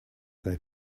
they